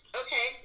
okay